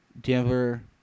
Denver